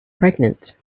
pregnant